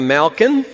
Malkin